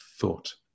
thought